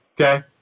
okay